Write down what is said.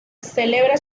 celebra